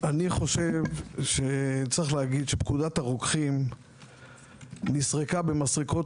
אני חושב שצריך להגיד שפקודת הרוקחים נסרקה במסרקות